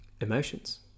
emotions